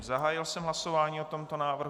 Zahájil jsem hlasování o tomto návrhu.